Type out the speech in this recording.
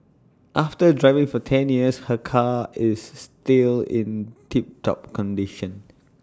after driving for ten years her car is still in tip top condition